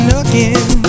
again